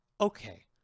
Okay